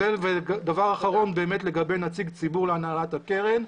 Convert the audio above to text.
ודבר אחרון באמת לגבי נציג ציבור להנהלת הקרן,